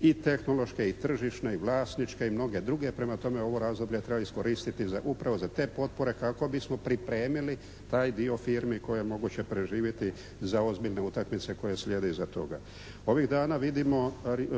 i tehnološke i tržišne i vlasničke i mnoge druge. Prema tome, ovo razdoblje treba iskoristiti upravo za te potpore kako bismo pripremili taj dio firmi koje je moguće preživjeti za ozbiljne utakmice koje slijede iza toga. Ovih dana vidimo